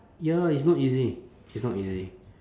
ya it's not easy it's not easy